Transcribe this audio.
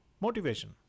Motivation